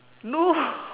no